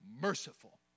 merciful